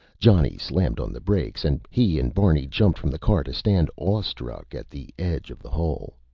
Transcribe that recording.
johnny slammed on the brakes and he and barney jumped from the car to stand, awe-struck, at the edge of the hole.